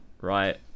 Right